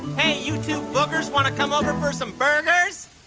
hey, you two boogers want to come over for some burgers?